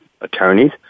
attorneys